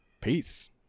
Peace